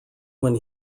when